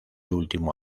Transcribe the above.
último